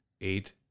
eight